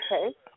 Okay